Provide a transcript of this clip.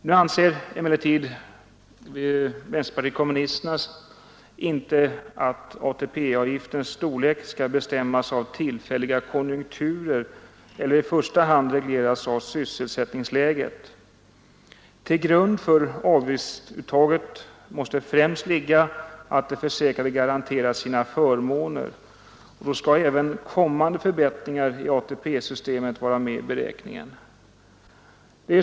Nu anser emellertid vi i vänsterpartiet kommunisterna inte att ATP-avgiftens storlek skall bestämmas av tillfälliga konjunkturer eller i första hand regleras av sysselsättningsläget. Till grund för avgiftsuttagen måste främst ligga att de försäkrade garanteras sina förmåner, och då skall även kommande förbättringar i ATP-systemet vara med i beräkningen.